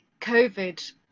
COVID